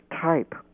type